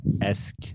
esque